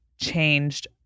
changed